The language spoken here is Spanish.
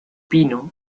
pino